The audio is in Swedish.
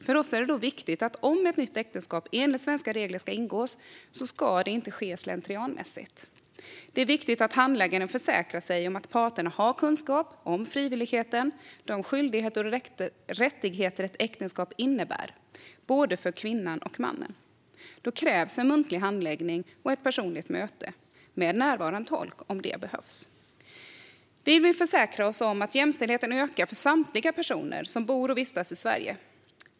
För oss är det viktigt att om ett nytt äktenskap, enligt svenska regler, ska ingås ska det inte ske slentrianmässigt. Det är viktigt att handläggaren försäkrar sig om att parterna har kunskap om frivilligheten och om de skyldigheter och rättigheter ett äktenskap innebär - både för kvinnan och för mannen. Då krävs en muntlig handläggning och ett personligt möte, med närvarande tolk om det behövs. Vi vill försäkra oss om att jämställdheten ökar för samtliga personer som bor och vistas i Sverige.